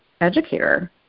educator